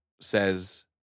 says